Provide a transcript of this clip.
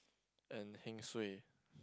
and heng suay